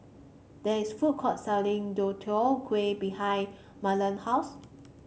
there is food court selling Deodeok Gui behind Mahlon house